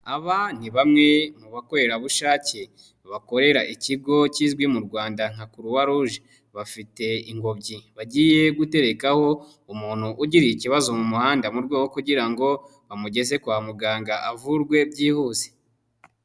Aba ni bamwe mu bakorerabushake bakorera ikigo kizwi mu rwanda nka Croix Roge, bafite ingobyi bagiye guterekaho umuntu ugiriye ikibazo mu muhanda mu rwo kugira ngo bamugeze kwa muganga avurwe byihuse.